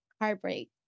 heartbreak